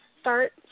start